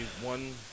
one